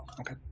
Okay